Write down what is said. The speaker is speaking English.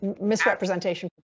misrepresentation